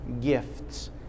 gifts